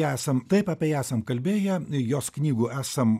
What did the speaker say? esam taip apie ją esam kalbėję jos knygų esam